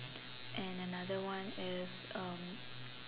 and another one is um